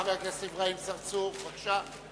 חבר הכנסת אברהים צרצור, בבקשה.